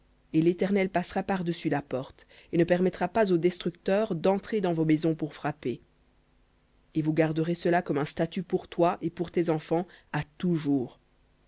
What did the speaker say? et l'éternel passera par-dessus la porte et ne permettra pas au destructeur d'entrer dans vos maisons pour frapper et vous garderez cela comme un statut pour toi et pour tes enfants à toujours